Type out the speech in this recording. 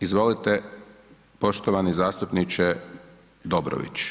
Izvolite poštovani zastupniče Dobrović